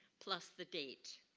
plus the date.